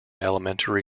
elementary